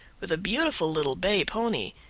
with a beautiful little bay pony,